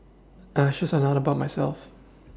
ashes are not about myself